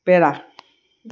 পেৰা